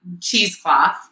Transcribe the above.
cheesecloth